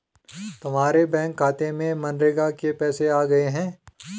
तुम्हारे बैंक के खाते में मनरेगा के पैसे आ गए हैं